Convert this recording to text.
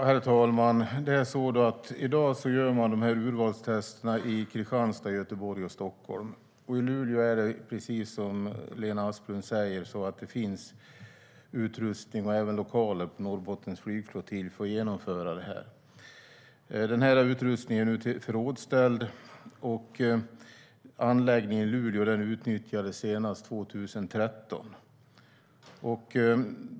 Herr talman! I dag gör man de här urvalstesterna i Kristianstad, Göteborg och Stockholm. I Luleå finns det, precis som Lena Asplund säger, utrustning och även lokaler på Norrbottens flygflottilj för att genomföra detta. Denna utrustning är nu förrådsställd, och anläggningen i Luleå nyttjades senast 2013.